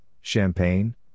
champagne